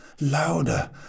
louder